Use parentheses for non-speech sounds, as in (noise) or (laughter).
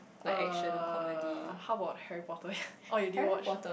uh how about Harry-Potter (breath) oh you didn't watch